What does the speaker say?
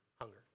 hunger